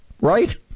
right